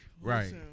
Right